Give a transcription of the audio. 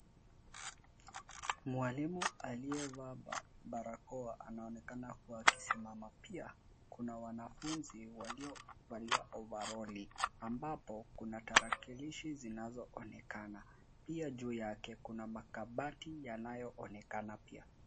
Mwalimu aliyevaa barakoa anaonekana kuwa akisimama pia kuna wanafunzi waliovalia overroli ambapo kuna tarakilishi zinazoonekana pia juu yake kuna makabati yanayoonekana pia.